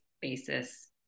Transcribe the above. basis